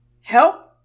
help